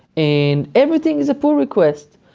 and everything is a pull request.